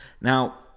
now